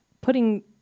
putting